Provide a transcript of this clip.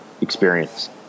experience